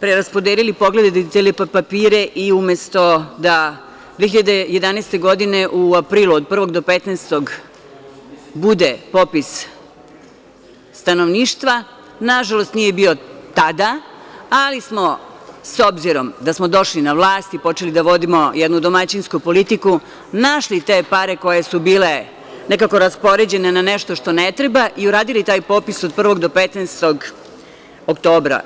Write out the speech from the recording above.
preraspodelili, pogledali te papire i umesto da u aprilu 2011. godine, od prvog do 15, bude popis stanovništva, nažalost nije bio tada, ali smo, s obzirom da smo došli na vlast i počeli da vodimo jednu domaćinsku politiku, našli te pare koje su bile nekako raspoređene na nešto što ne treba i uradili taj popis od 1. do 15. oktobra.